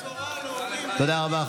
תודה רבה.